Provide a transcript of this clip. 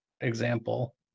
example